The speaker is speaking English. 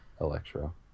electro